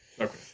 Okay